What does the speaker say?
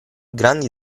grandi